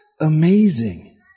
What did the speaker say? amazing